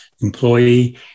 employee